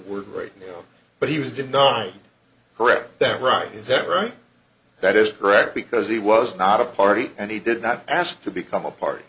great but he was denying correct that right is that right that is correct because he was not a party and he did not ask to become a party